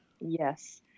Yes